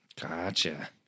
Gotcha